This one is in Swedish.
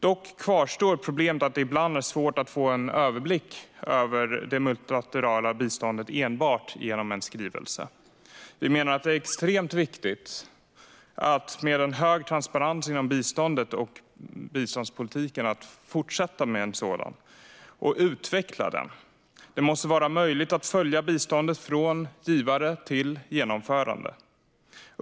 Dock kvarstår problemet att det ibland är svårt att få en överblick över det multilaterala biståndet enbart genom en skrivelse. Vi menar att det är extremt viktigt att fortsätta med och utveckla en hög transparens inom biståndet och biståndspolitiken. Det måste vara möjligt att följa biståndet från givare till genomförande.